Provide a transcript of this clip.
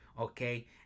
okay